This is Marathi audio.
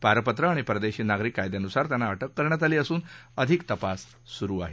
पारपत्र आणि परदेशी नागरिक कायद्यानुसार त्यांना अटक करण्यात आली असून अधिक तपास सुरु आहे